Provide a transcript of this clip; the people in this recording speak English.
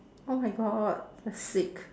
oh my god that's sick